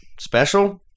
Special